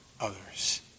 others